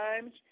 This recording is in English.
times